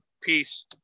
Peace